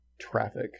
traffic